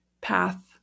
path